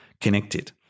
connected